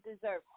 deserve